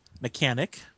mechanic